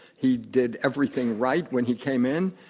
he did everything right when he came in.